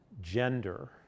gender